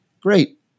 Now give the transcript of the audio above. great